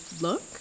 look